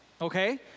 okay